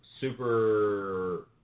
super